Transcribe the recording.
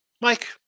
Mike